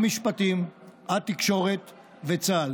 המשפטים והתקשורת וצה"ל,